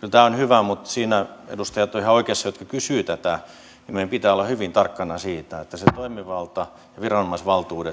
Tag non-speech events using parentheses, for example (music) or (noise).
kyllä tämä on hyvä mutta siinä edustajat ovat ihan oikeassa jotka kysyivät tätä että meidän pitää olla hyvin tarkkana siitä että se toimivalta ja viranomaisvaltuudet (unintelligible)